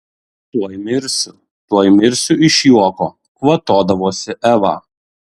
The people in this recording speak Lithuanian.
tuoj mirsiu tuoj mirsiu iš juoko kvatodavosi eva